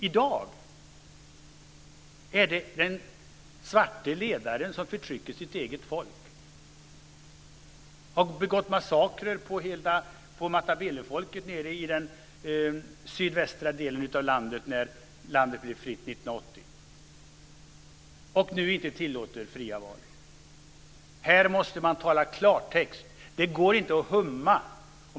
I dag är det den svarte ledaren som förtrycker sitt eget folk, som har begått massakrer på matabelefolket i sydvästra delen av landet när landet blev fritt 1980 och som nu inte tillåter fria val. Här måste man tala klartext. Det går inte att humma.